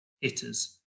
hitters